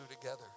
together